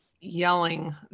yelling